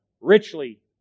richly